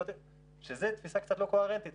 שזה תפיסה קצת לא קוהרנטית.